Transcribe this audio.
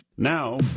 Now